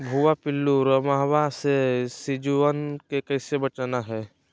भुवा पिल्लु, रोमहवा से सिजुवन के कैसे बचाना है?